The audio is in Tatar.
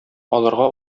аларга